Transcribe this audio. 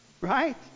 right